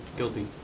guilty.